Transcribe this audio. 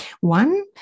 One